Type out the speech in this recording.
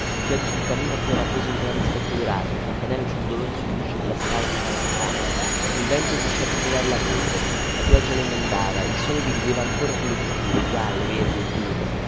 chiodi sul camino a cui era appeso il grande specchio dorato il campanello ciondoloni sulluscio della scala spalancato il vento vi faceva turbinare la polvere la pioggia le inondava il sole vi rideva ancora sulle pitture gialle verdi azzurre